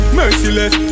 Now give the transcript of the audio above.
merciless